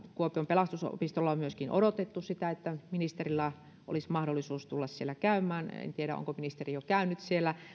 kuopion pelastusopistolla on myöskin odotettu sitä että ministerillä olisi mahdollisuus tulla siellä käymään en en tiedä onko ministeri jo käynyt siellä